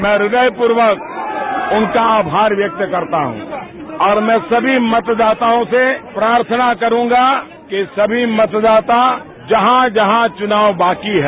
मैं हृदयपूर्वक उनका आभार व्यक्त करता हूँ और मैं सभी मतदाताओं से प्रार्थना करूंगा कि सभी मतदाता जहाँ जहाँ चुनाव बाकी हैं